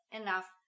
enough